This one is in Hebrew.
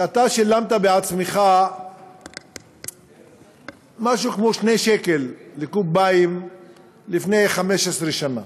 שאתה שילמת בעצמך משהו כמו 2 שקלים לקוב מים לפני 15 שנה.